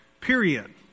Period